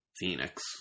phoenix